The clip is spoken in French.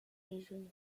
régionaux